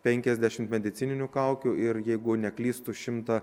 penkiasdešimt medicininių kaukių ir jeigu neklystu šimtą